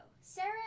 Sarah